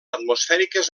atmosfèriques